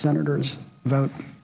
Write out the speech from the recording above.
senators vote